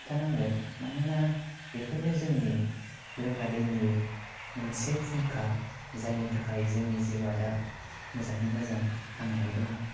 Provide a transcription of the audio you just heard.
होबथानांगोन मानोना बेफोरनो जोंनि लोंग्रा दैनि मोनसे फुंखा जायनि थाखाय जोंनि जिउआ दा मोजाङै मोजां थांनानै दङ